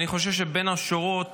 אני חושב שבין השורות